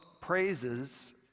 praises